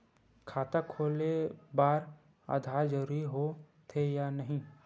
खाता खोले बार आधार जरूरी हो थे या नहीं?